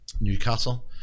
newcastle